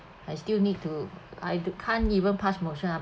I still need to I can't even pass motion ah